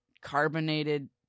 carbonated